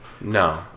No